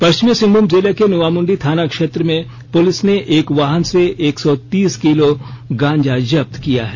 पश्चिमी सिंहमूम जिले के नोआमुंडी थाना क्षेत्र में पुलिस ने एक वाहन से एक सौ तीस किलो गांजा जब्त किया है